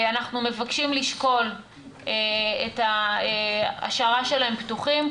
אנחנו מבקשים לשקול את ההשארה שלהם פתוחים,